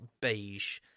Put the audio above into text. beige